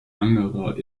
angerer